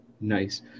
Nice